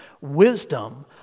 Wisdom